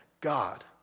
God